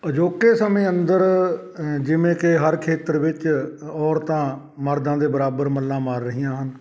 ਅਜੋਕੇ ਸਮੇਂ ਅੰਦਰ ਜਿਵੇਂ ਕਿ ਹਰ ਖੇਤਰ ਵਿੱਚ ਔਰਤਾਂ ਮਰਦਾਂ ਦੇ ਬਰਾਬਰ ਮੱਲਾਂ ਮਾਰ ਰਹੀਆਂ ਹਨ